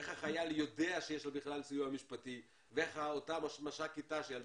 איך החייל יודע שיש לו בכלל סיוע משפטי ואיך אותה משק"ית תנאי שירות,